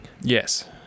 yes